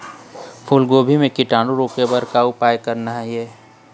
फूलगोभी म कीटाणु रोके बर का उपाय करना ये?